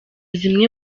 zimwe